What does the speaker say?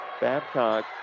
Babcock